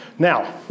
Now